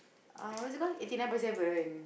ah what's it called eighty nine point seven